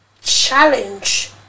challenge